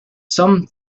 some